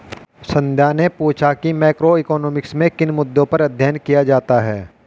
संध्या ने पूछा कि मैक्रोइकॉनॉमिक्स में किन मुद्दों पर अध्ययन किया जाता है